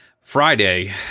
Friday